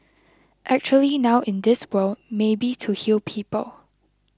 actually now in this world maybe to heal people